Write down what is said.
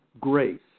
grace